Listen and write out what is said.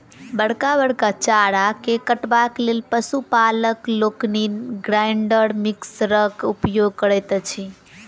बड़का बड़का चारा के काटबाक लेल पशु पालक लोकनि ग्राइंडर मिक्सरक उपयोग करैत छथि